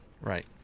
right